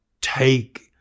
take